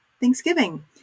Thanksgiving